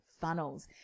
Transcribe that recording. funnels